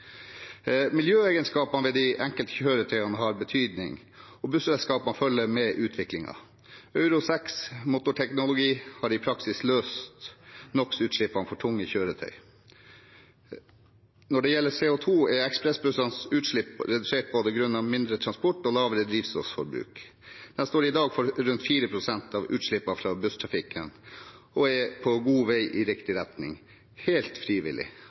Miljøegenskapene ved de enkelte kjøretøyene har betydning, og busselskapene følger med utviklingen. Euro 6-motorteknologi har i praksis løst NOx-utslippene for tunge kjøretøy. Når det gjelder CO2, er ekspressbussenes utslipp redusert grunnet både mindre transport og lavere drivstofforbruk. De står i dag for rundt 4 pst. av utslippene fra busstrafikken og er på god vei i riktig retning – helt frivillig